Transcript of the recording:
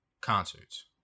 Concerts